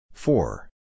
Four